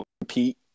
compete